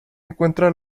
encuentra